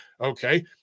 Okay